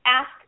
ask